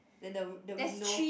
then the the window